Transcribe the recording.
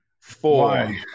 four